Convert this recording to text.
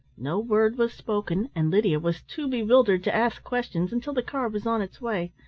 no word was spoken, and lydia was too bewildered to ask questions until the car was on its way.